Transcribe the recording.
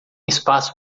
espaço